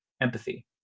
empathy